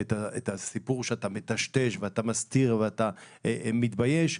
את הסיפור שאתה מטשטש ואתה מסתיר ואתה מתבייש,